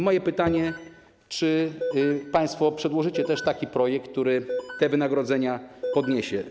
Moje pytanie: Czy państwo przedłożycie też taki projekt, który te wynagrodzenia podniesie?